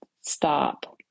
stop